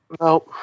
No